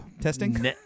testing